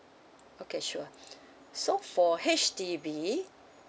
okay sure so for H_D_B